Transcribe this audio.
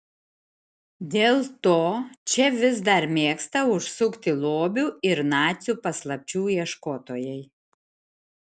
dėl to čia vis dar mėgsta užsukti lobių ir nacių paslapčių ieškotojai